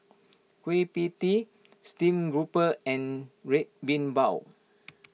Kueh Pie Tee Steamed Grouper and Red Bean Bao